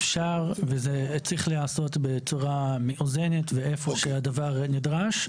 אפשר וזה צריך להיעשות בצורה מאוזנת ואיפה שהדבר נדרש.